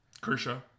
Kershaw